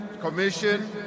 Commission